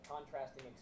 contrasting